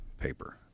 paper